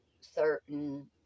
certain